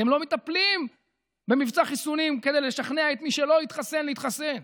אתם לא מטפלים במבצע חיסונים כדי לשכנע את מי שלא התחסן להתחסן.